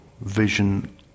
vision